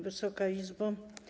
Wysoka Izbo!